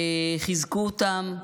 חיזקו אותם,